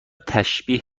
تشبیه